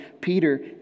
Peter